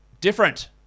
different